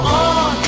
on